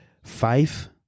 Five